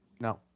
No